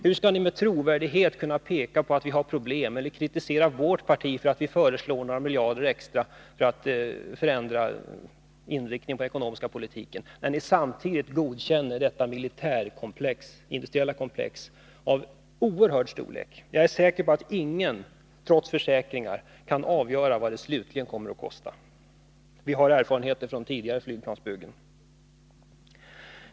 Hur skall ni med trovärdighet kunna peka på att landet har ekonomiska problem eller kunna kritisera vårt parti för att det föreslår några miljarder extra för att förändra inriktningen på den ekonomiska politiken, när ni samtidigt godkänner detta militärindustriella projekt av oerhörd storlek? Jag är säker på att ingen, trots försäkringar, kan avgöra vad det slutligen kommer att kosta. Vi har erfarenheter av det från tidigare flygplansbyggen.